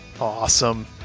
awesome